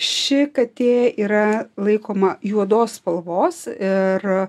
ši katė yra laikoma juodos spalvos ir